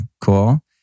cool